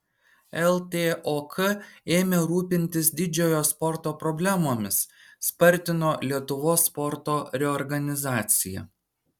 ltok ėmė rūpintis didžiojo sporto problemomis spartino lietuvos sporto reorganizaciją